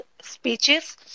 speeches